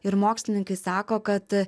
ir mokslininkai sako kad